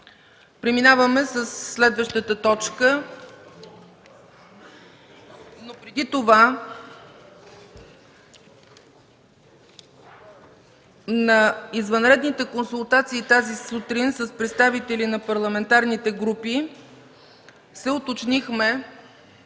преминем към следващата точка, искам да кажа, че на извънредните консултации тази сутрин с представители на парламентарните групи се уточнихме